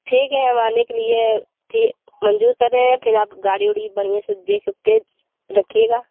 ठीक है हम आने के लिए ठी मंजूर कर रहे हैं फिर आप गाड़ी ओड़ी बढ़िया से देख ओख कर रखिएगा